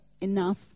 enough